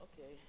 Okay